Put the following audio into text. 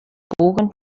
puguen